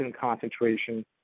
concentration